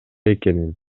экенин